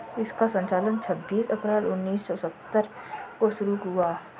इसका संचालन छब्बीस अप्रैल उन्नीस सौ सत्तर को शुरू हुआ